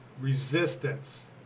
resistance